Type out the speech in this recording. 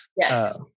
Yes